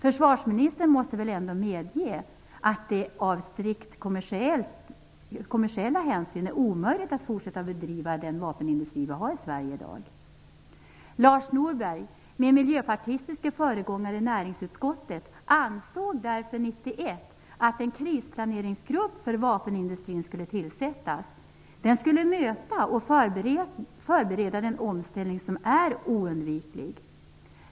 Försvarsministern måste väl ändå medge att det av strikt kommersiella hänsyn är omöjligt att fortsätta att bedriva den vapenindustri vi har i Sverige i dag. Lars Norberg, som var min miljöpartistiske föregångare i näringsutskottet, ansåg därför 1991 att en krisplaneringsgrupp för vapenindustrin skulle tillsättas. Den skulle möta och förbereda den omställning som är oundviklig.